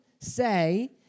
Say